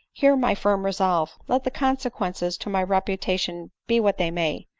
hear my firm resolve. let the consequences to my reputation be what they may,